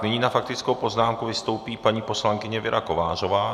Nyní na faktickou poznámku vystoupí paní poslankyně Věra Kovářová.